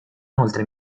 inoltre